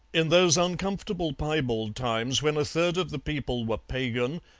in those uncomfortable piebald times when a third of the people were pagan,